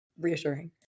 Reassuring